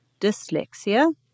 dyslexia